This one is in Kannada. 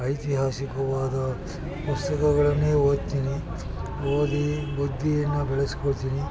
ಐತಿಹಾಸಿಕವಾದ ಪುಸ್ತಕಗಳನ್ನೇ ಓದ್ತೀನಿ ಓದಿ ಬುದ್ಧಿಯನ್ನು ಬೆಳೆಸ್ಕೊಳ್ತೀನಿ